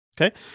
Okay